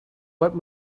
what